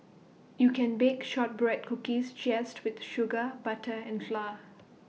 you can bake Shortbread Cookies just with sugar butter and flour